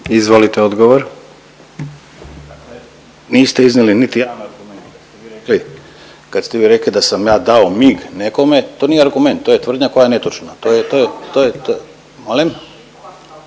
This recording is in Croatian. Ivan** Niste iznijeli niti jedan. Kad ste vi rekli da sam ja dao mig nekome, to nije argument to je tvrdnja koja je netočna. To je, to